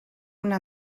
una